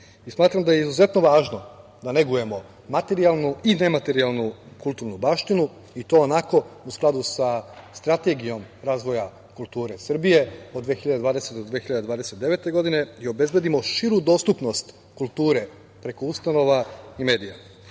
Smatram da je izuzetno važno da negujemo materijalnu i nematerijalnu kulturnu baštinu, i to u skladu sa Strategijom razvoja kulture Srbije od 2020. do 2029. godine i obezbedimo širu dostupnost kulture preko ustanova i medija.